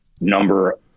number